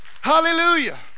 Hallelujah